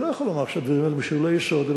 אני לא יכול לומר שהדברים האלה משוללי יסוד.